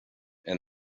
and